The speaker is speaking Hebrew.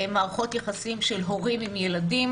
מערכות יחסים של הורים עם ילדים,